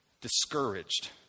discouraged